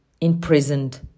imprisoned